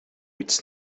its